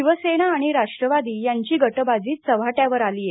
शिवसेना आणि राष्ट्रवादीयांची गटबाजी चव्हाट्यावर आली अहे